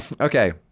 Okay